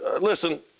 Listen